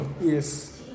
Yes